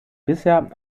bisher